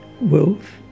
Wolf